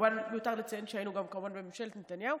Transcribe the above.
וכמובן מיותר לציין שהיינו גם בממשלת נתניהו,